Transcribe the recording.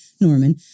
Norman